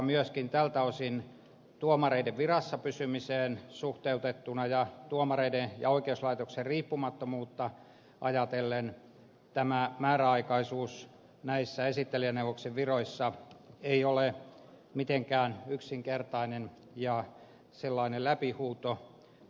myöskin tältä osin tuomareiden virassa pysymiseen suhteutettuna ja tuomareiden ja oikeuslaitoksen riippumattomuutta ajatellen tämä määräaikaisuus näissä esittelijäneuvoksen viroissa ei ole mitenkään yksinkertainen ja sellainen läpihuutojuttu